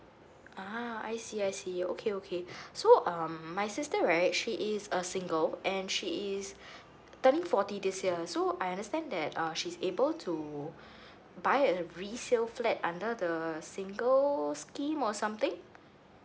ah I see I see okay okay so um my sister right she is a single and she is turning forty this year so I understand that uh she's able to buy a resale flat under the single scheme or something